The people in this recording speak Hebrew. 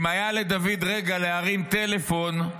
אם היה לדוד רגע להרים טלפון,